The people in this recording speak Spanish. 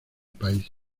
país